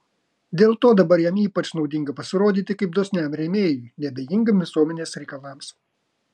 dėl to dabar jam ypač naudinga pasirodyti kaip dosniam rėmėjui neabejingam visuomenės reikalams